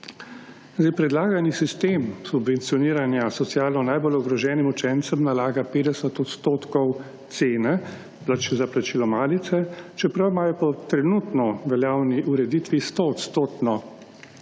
Zdaj predlagani sistem subvencioniranja socialno najbolj ogroženim učencem nalaga 50 % cene za plačilo malice, čeprav imajo po trenutno veljavni ureditvi 100 % nekako